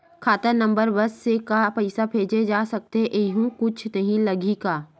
खाता नंबर बस से का पईसा भेजे जा सकथे एयू कुछ नई लगही का?